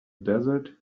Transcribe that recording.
desert